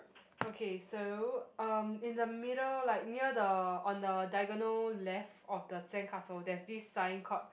okay so um in the middle like near the on the diagonal left of the sandcastle there's this sign called